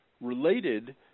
Related